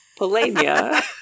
Polania